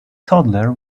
toddler